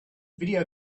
video